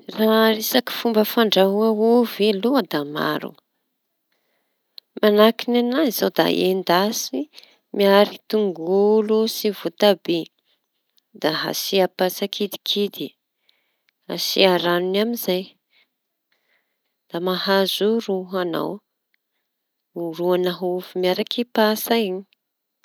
Raha resaky fomba fandrahoa ovy aloha da maro; manahaky ny anahy zao da endasy miaro tongolo sy vôtabia da asia patsa kidikidy, asia ranony amizay da mahazo ro añao ho ro an'aovy miaraky patsa.